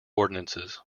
ordinances